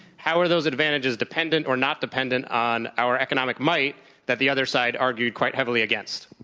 how are those advantages dependent or not dependent on our economic might that the other side argued quite heavily against?